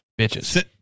bitches